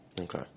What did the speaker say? Okay